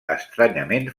estranyament